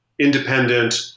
independent